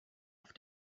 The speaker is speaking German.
auf